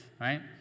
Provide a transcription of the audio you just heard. right